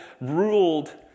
ruled